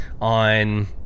on